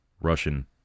Russian